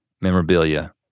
memorabilia